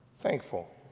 thankful